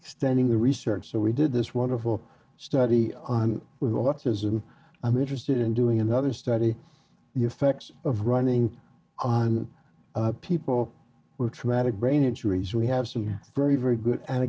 extending the research so we did this wonderful study with autism i'm interested in doing another study the effects of running on people were tragic brain injuries we have some very very good a